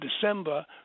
December